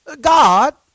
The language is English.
God